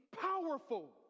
powerful